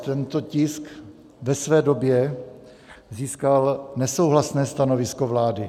Tento tisk ve své době získal nesouhlasné stanovisko vlády.